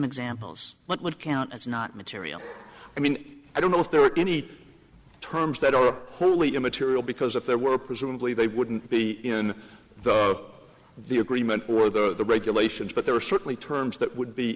examples what would count as not material i mean i don't know if there were any terms that are wholly immaterial because if there were presumably they wouldn't be in the agreement or the regulations but there are certainly terms that would be